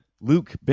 Luke